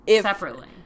Separately